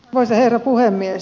arvoisa herra puhemies